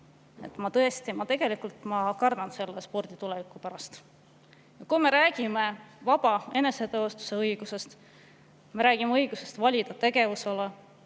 ma tegelikult kardan selle spordiala tuleviku pärast. Me räägime vaba eneseteostuse õigusest, me räägime õigusest valida tegevusala,